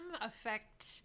affect